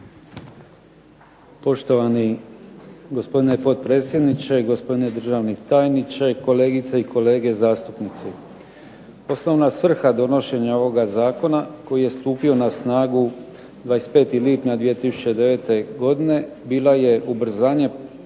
Poštovani gospodine potpredsjedniče, gospodine državni tajniče, kolegice i kolege zastupnici. Osnovna svrha donošenja ovoga zakona koji je stupio na snagu 25. lipnja 2009. godine bila je ubrzanje